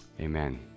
amen